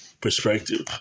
perspective